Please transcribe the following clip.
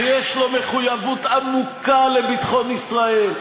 שיש לו מחויבות עמוקה לביטחון ישראל,